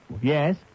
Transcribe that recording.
Yes